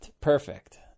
Perfect